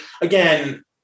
again